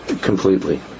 Completely